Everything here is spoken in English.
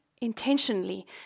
intentionally